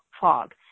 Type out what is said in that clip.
fog